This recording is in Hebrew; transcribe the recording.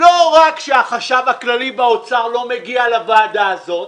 לא רק שהחשב הכללי באוצר לא מגיע לוועדה הזאת,